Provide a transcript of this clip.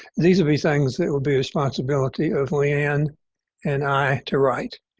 these will be things that will be responsibility of leigh ann and i to write.